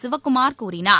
சிவக்குமார் கூறினார்